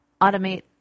automate